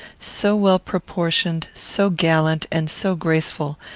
so well proportioned, so gallant, and so graceful,